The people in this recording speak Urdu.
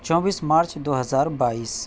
چوبیس مارچ دو ہزار بائیس